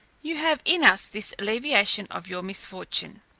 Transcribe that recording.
you have in us this alleviation of your misfortune.